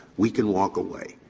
we can walk away,